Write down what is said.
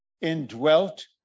indwelt